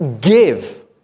give